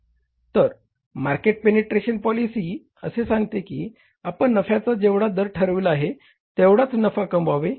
तर market penetration policy असे सांगते की आपण नफ्याचा जेवढा दर ठरविला आहे तेवढाच नफा कमवावे